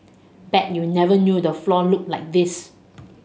bet you never knew the floor looked like this